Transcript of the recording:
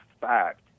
fact